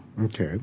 okay